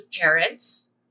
parents